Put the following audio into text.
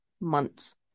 months